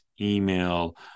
email